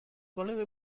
baleude